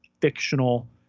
fictional